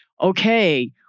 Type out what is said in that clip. Okay